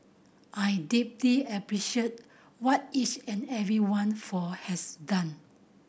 I deeply appreciate what each and every one for has done